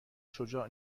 شجاع